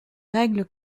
règles